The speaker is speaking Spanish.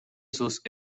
sus